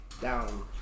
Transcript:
down